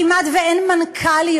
כמעט אין מנכ"ליות.